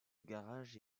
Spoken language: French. garage